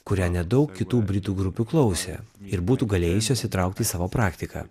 kurią nedaug kitų britų grupių klausė ir būtų galėjusios įtraukti į savo praktiką